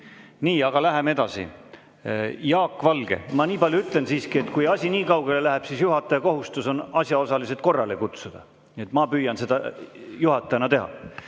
Aga läheme edasi. Jaak Valge! Ma nii palju ütlen siiski, et kui asi nii kaugele läheb, siis juhataja kohustus on asjaosalised korrale kutsuda. Ma püüan seda juhatajana teha.